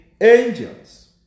angels